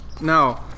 No